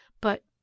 But